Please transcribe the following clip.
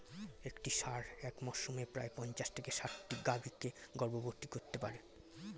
একটি ষাঁড় এক মরসুমে প্রায় পঞ্চাশ থেকে ষাটটি গাভী কে গর্ভবতী করতে পারে